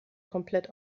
komplett